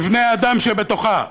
לבני-האדם שבתוכה,